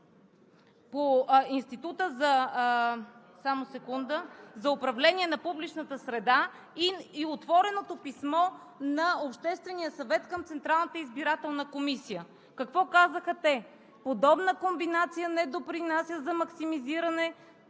на Института за управление на публичната среда и отвореното писмо на Обществения съвет към Централната избирателна комисия. Какво казаха те? Подобна комбинация не допринася за максимизиране